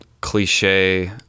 cliche